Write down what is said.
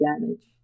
damage